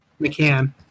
McCann